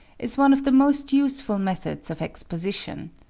is one of the most useful methods of exposition.